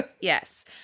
Yes